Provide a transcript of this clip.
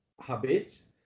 habits